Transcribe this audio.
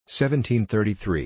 1733